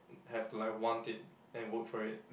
have to like want it then you work for it